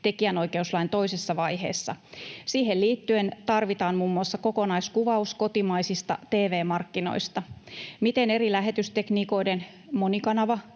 tekijänoikeuslain toisessa vaiheessa. Siihen liittyen tarvitaan muun muassa kokonaiskuvaus kotimaisista tv-markkinoista. Miten eri lähetystekniikoiden monikanavakäyttö